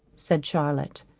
said charlotte.